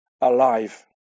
alive